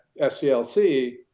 SCLC